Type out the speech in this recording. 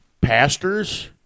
pastors